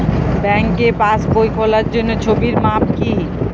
ব্যাঙ্কে পাসবই খোলার জন্য ছবির মাপ কী?